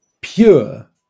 pure